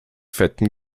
fetten